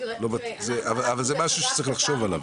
אבל זה משהו שצריך לחשוב עליו.